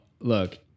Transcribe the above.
look